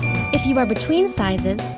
if you are between sizes,